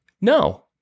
No